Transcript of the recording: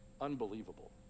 Unbelievable